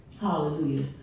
Hallelujah